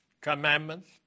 commandments